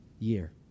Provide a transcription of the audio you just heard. year